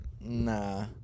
Nah